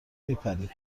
میپرید